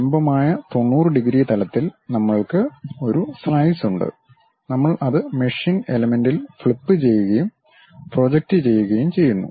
ലംബമായ 90 ഡിഗ്രി തലത്തിൽ നമ്മൾക്ക് ഒരു സ്ലൈസ് ഉണ്ട് നമ്മൾ അത് മെഷീൻ എലമെന്റിൽ ഫ്ലിപ്പുചെയ്യുകയും പ്രൊജക്റ്റ് ചെയ്യുകയും ചെയ്യുന്നു